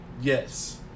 yes